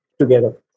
together